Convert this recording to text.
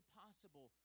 possible